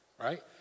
right